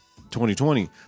2020